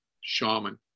shaman